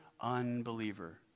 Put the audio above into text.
unbeliever